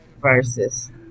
Versus